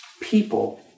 people